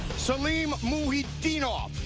salim mukhidinov,